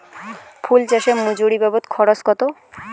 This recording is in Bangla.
ফুল চাষে মজুরি বাবদ খরচ কত?